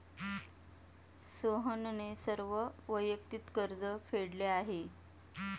सोहनने सर्व वैयक्तिक कर्ज फेडले आहे